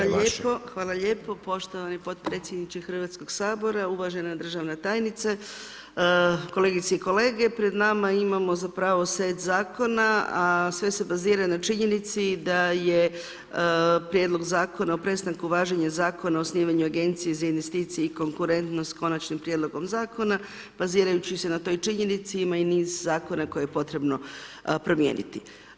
Hvala lijepo, hvala lijepo poštovani podpredsjedniče Hrvatskog sabora, uvažena državna tajnice, kolegice i kolege, pred nama imamo zapravo set zakona, a sve se bazira na činjenici da je Prijedlog Zakona o prestanku važenja Zakona o osnivanju agencije za investicije i konkurentnost s konačnim prijedlogom zakona bazirajući se na toj činjenici ima i niz zakona koje je potrebe promijeniti.